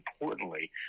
importantly